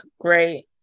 great